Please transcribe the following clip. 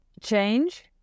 change